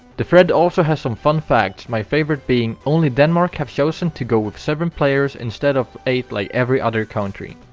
the thread also has some fun facts, my favourite being only denmark have chosen to go with seven players instead of eight like every other country.